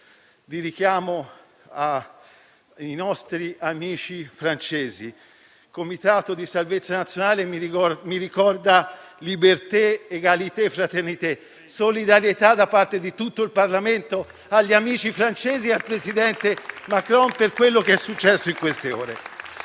di richiamo ai nostri amici francesi. Comitato di salvezza nazionale mi ricorda «*liberté, égalité, fraternité*»: solidarietà da parte di tutto il Parlamento agli amici francesi e al presidente Macron per quello che è successo nelle ultime ore.